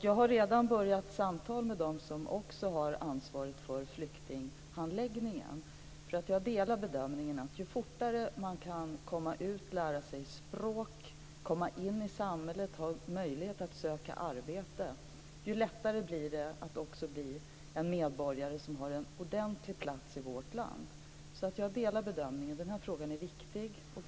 Jag har redan påbörjat samtal med dem som har ansvaret för flyktinghandläggningen, för jag delar bedömningen att ju fortare man kan lära sig språk, komma in i samhället och ha möjlighet att söka arbete, desto lättare blir det att bli en medborgare som har en ordentlig plats i vårt land. Jag delar alltså bedömningen. Den här frågan är viktig.